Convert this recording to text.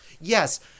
yes